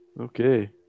Okay